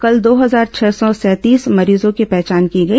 कल दो हजार छह सौ सैंतीस मरीजों की पहचान की गई